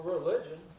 Religion